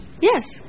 Yes